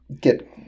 get